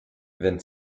wenn